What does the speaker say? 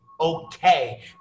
okay